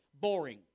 Boring